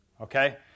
Okay